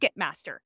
Ticketmaster